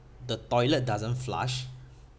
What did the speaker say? the toilet doesn't flush